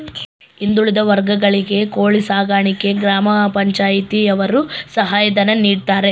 ಹಿಂದುಳಿದ ವರ್ಗಗಳಿಗೆ ಕೋಳಿ ಸಾಕಾಣಿಕೆಗೆ ಗ್ರಾಮ ಪಂಚಾಯ್ತಿ ಯವರು ಸಹಾಯ ಧನ ನೀಡ್ತಾರೆ